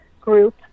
group